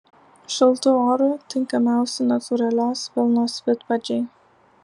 šaltu oru tinkamiausi natūralios vilnos vidpadžiai